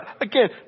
again